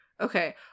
Okay